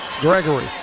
Gregory